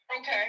okay